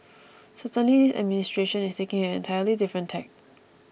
certainly this administration is taking an entirely different tack